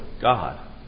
God